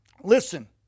Listen